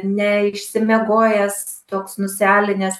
neišsimiegojęs toks nusialinęs